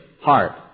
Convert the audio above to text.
heart